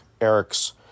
Eric's